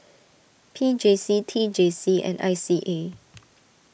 P J C T J C and I C A